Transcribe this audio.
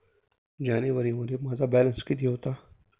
जानेवारीमध्ये माझा बॅलन्स किती होता?